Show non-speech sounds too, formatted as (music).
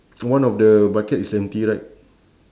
(noise) one of the bucket is empty right